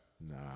Nah